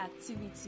activity